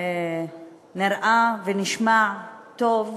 נראה ונשמע טוב,